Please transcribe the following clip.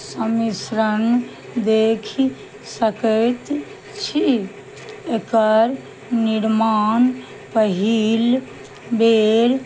सम्मिश्रण देखि सकैत छी एकर निर्माण पहील बेर